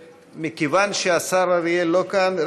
מכיוון שהשר אריאל לא כאן,